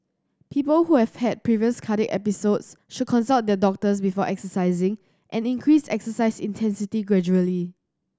people who have had previous cardiac episodes should consult their doctors before exercising and increase exercise intensity gradually